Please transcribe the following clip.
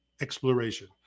exploration